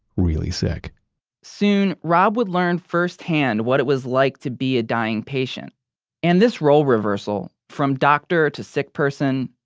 really sick soon rob would learn firsthand what it was like to be a dying patient and this role reversal, from doctor to sick person,